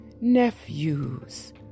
nephews